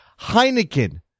Heineken